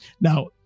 Now